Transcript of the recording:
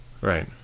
Right